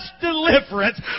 deliverance